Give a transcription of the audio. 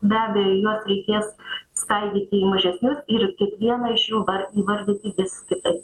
be abejo juos reikės skaidyti į mažesnius ir kiekvieną iš jų dar įvardyti vis kitaip